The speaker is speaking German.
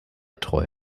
treu